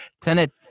Tenet